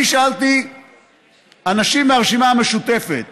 אני שאלתי אנשים מהרשימה המשותפת